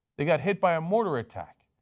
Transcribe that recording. they got hit by a mortar attack.